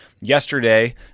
yesterday